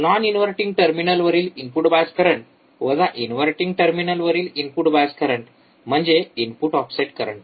non inverting टर्मिनलवरील input bias current वजा inverting टर्मिनलवरील इनपुट बायस करंट म्हणजे इनपुट ऑफसेट करंट